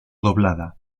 doblada